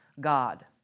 God